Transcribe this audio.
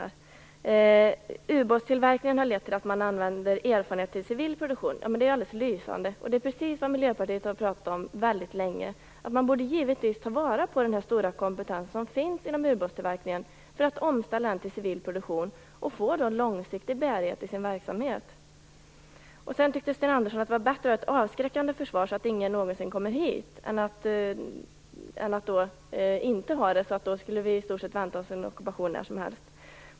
Han sade att ubåtstillverkningen har lett till att man använder erfarenheter i civil produktion. Det är alldeles lysande, det är precis vad Miljöpartiet har pratat om väldigt länge. Man borde givetvis ta vara på den stora kompetens som finns inom ubåtstillverkningen. Man borde omställa till civil produktion och få en långsiktig bärighet i sin verksamhet. Sten Andersson tyckte att det var bäst att ha ett avskräckande försvar så att ingen någonsin kommer hit. Annars skulle vi i stort sett kunna vänta oss en ockupation när som helst.